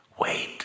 Wait